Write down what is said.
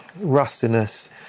rustiness